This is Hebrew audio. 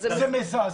זה מזעזע.